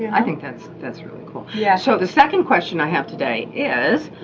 i think that's, that's really cool. yeah so the second question i have today is,